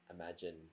imagine